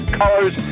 colors